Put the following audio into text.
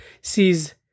sees